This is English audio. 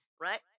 right